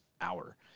hour